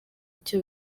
icyo